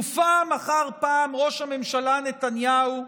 ופעם אחר פעם ראש הממשלה נתניהו,